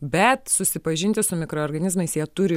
bet susipažinti su mikroorganizmais jie turi